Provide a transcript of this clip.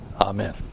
Amen